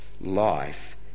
life